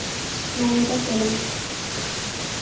Namita Soren